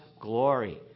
glory